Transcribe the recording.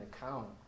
account